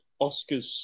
Oscars